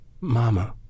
Mama